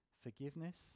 forgiveness